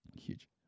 Huge